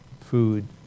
food